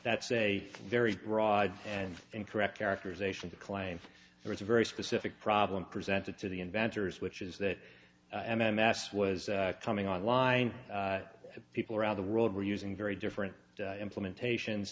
that's a very broad and incorrect characterization to claim there is a very specific problem presented to the inventors which is that m m s was coming on line people around the world were using very different implementation